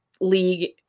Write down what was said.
league